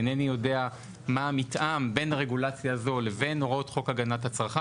אינני יודע מה המתאם בין הרגולציה הזו לבין חוק הגנת הצרכן.